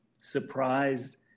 surprised